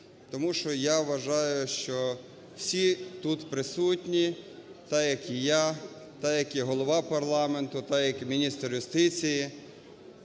Тому що, я вважаю, що всі тут присутні так, як і я, так, як і голова парламенту, так як, і міністр юстиції,